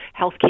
healthcare